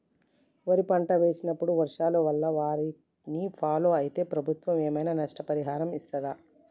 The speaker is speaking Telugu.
వరి పంట వేసినప్పుడు వర్షాల వల్ల వారిని ఫాలో అయితే ప్రభుత్వం ఏమైనా నష్టపరిహారం ఇస్తదా?